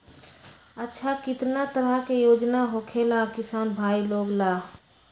अच्छा कितना तरह के योजना होखेला किसान भाई लोग ला?